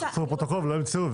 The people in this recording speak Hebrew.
יחפשו בפרוטוקול ולא ימצאו.